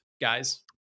guys